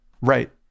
Right